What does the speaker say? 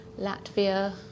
Latvia